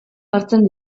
hartzen